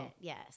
Yes